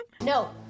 no